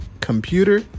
computer